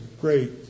great